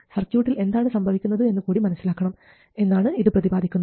സർക്യൂട്ടിൽ എന്താണ് സംഭവിക്കുന്നത് എന്നു കൂടി മനസ്സിലാക്കണം എന്നാണ് ഇത് പ്രതിപാദിക്കുന്നത്